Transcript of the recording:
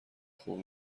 خوب